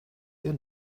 ihr